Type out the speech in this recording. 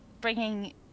bringing